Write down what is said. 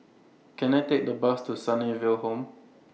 Can I Take The Bus to Sunnyville Home